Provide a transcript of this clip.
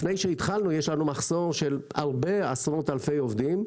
לפני שהתחלנו, יש לנו מחסור של עשרות אלפי עובדים.